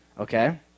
okay